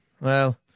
Well